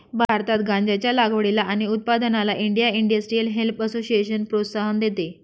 भारतात गांज्याच्या लागवडीला आणि उत्पादनाला इंडिया इंडस्ट्रियल हेम्प असोसिएशन प्रोत्साहन देते